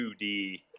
2D